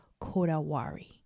kodawari